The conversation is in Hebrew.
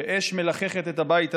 שאש מלחכת את הבית הזה.